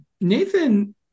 Nathan